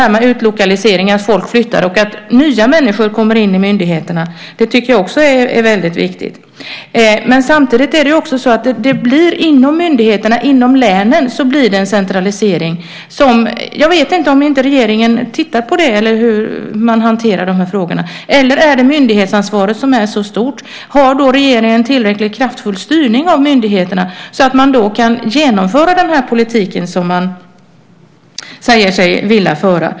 Just utlokaliseringar, att folk flyttar och att nya människor kommer in i myndigheterna, tycker jag också är väldigt viktigt. Samtidigt är det så att det inom myndigheterna, inom länen, blir en centralisering. Jag vet inte om regeringen tittar på det eller hur man hanterar de här frågorna. Eller är myndighetsansvaret så stort? Har då regeringen en tillräckligt kraftfull styrning av myndigheterna så att man kan genomföra den politik som man säger sig vilja föra?